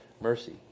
mercy